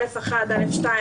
א'2,